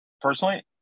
personally